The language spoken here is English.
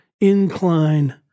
incline